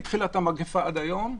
מתחילת המגפה עד היום,